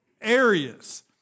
areas